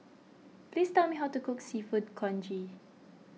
please tell me how to cook Seafood Congee